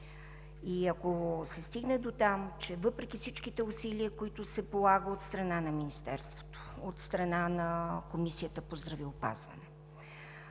Ако се стигне дотам, че въпреки всичките усилия, които се полагат от страна на Министерството, от страна на Комисията по здравеопазването